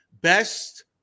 Best